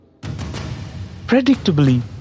Predictably